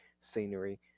scenery